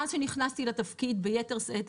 מאז שנכנסתי לתפקיד ביתר שאת,